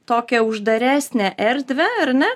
tokią uždaresnę erdvę ar ne